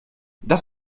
das